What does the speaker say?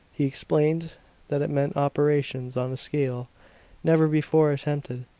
he explained that it meant operations on a scale never before attempted.